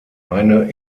eine